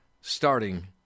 starting